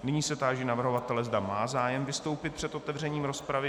Nyní se táži navrhovatele, zda má zájem vystoupit před otevřením rozpravy.